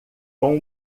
com